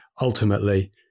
ultimately